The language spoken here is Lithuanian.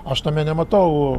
aš tame nematau